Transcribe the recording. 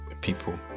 people